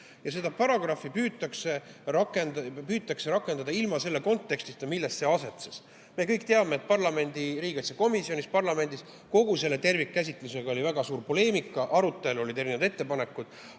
ja seda paragrahvi püütakse rakendada ilma selle kontekstita, milles see asetses. Me kõik teame, et parlamendi riigikaitsekomisjonis oli kogu selle tervikkäsitluse puhul väga suur poleemika ja arutelu, olid erinevad ettepanekud,